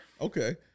Okay